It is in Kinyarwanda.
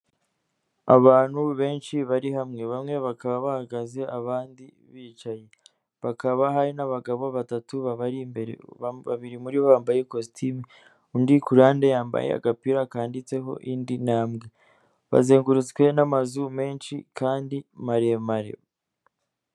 Abantu benshi bari hamwe, bamwe bakaba bahagaze abandi bicaye, bakaba hari n'abagabo batatu babari imbere, babiri muri bo bambaye kositimu, undi ku ruhande yambaye agapira kanditseho indi ntambwe. Bazengurutswe n'amazu menshi kandi maremare.